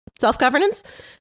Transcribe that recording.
Self-governance